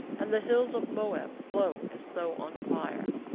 and the hills of moab glow as though on fire.